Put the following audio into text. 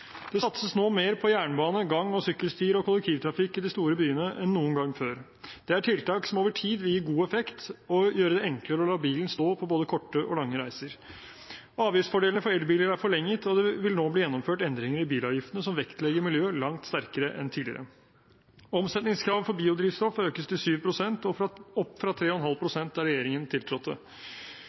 Det satses nå mer på jernbane, gang- og sykkelstier og kollektivtrafikk i de store byene enn noen gang før. Det er tiltak som over tid vil gi god effekt og gjøre det enklere å la bilen stå på både korte og lange reiser. Avgiftsfordelene for elbiler er forlenget, og det vil nå bli gjennomført endringer i bilavgiftene som vektlegger miljøet langt sterkere enn tidligere. Omsetningskravet for biodrivstoff økes til 7 pst., opp fra 3,5 pst. da regjeringen tiltrådte.